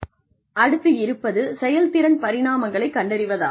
அடுத்து இருப்பது செயல்திறன் பரிமாணங்களைக் கண்டறிவதாகும்